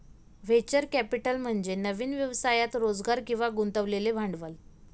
venture capital म्हणजे नवीन व्यवसायात रोजगार किंवा गुंतवलेले भांडवल